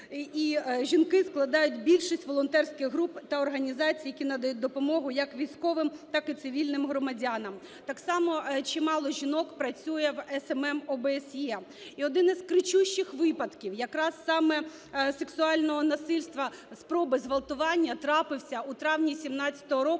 І жінки складають більшість волонтерських груп та організацій, які надають допомогу як військовим, так і цивільним громадянам. Так само чимало жінок працює в СММ ОБСЄ. І один із кричущих випадків якраз саме сексуального насильства спроби зґвалтування трапився у травні 17-го року,